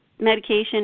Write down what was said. medication